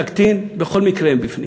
תקטין, בכל מקרה הן בפנים.